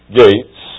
gates